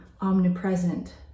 omnipresent